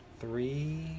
three